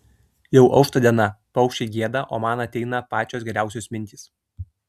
jau aušta diena paukščiai gieda o man ateina pačios geriausios mintys